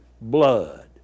blood